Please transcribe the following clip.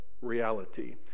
reality